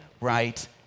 right